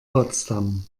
potsdam